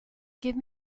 give